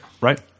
Right